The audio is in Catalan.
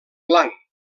blanc